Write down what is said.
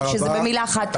שזה במילה אחת ג'ובים.